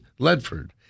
Ledford